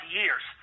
years